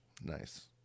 Nice